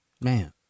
Man